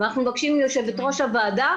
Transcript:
ואנחנו מבקשים מיושבת ראש הוועדה